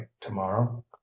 to-morrow